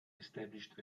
established